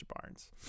Barnes